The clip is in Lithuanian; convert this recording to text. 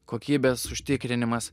kokybės užtikrinimas